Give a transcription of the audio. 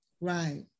Right